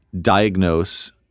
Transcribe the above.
diagnose